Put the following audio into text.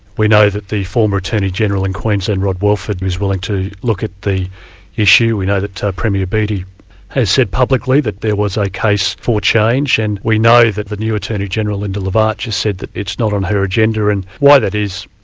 we know that the former attorney-general in queensland, rod walford, is willing to look at the issue we know that premier beattie has said publicly that there was a case for change, and we know that the new attorney-general, linda lavarch has said that it's not on her agenda, and why that is,